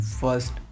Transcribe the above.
first